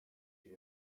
you